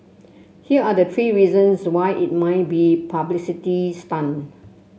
here are the three reasons why it might be publicity stunt